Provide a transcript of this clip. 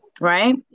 right